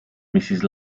mrs